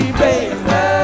baby